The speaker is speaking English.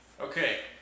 Okay